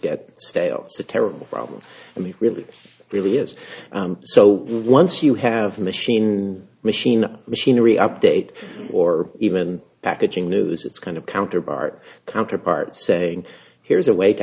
get stale it's a terrible problem for me really really is so once you have the machine machine machinery update or even packaging news it's kind of counterpart counterpart saying here's a way to